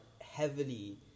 heavily